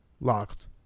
Locked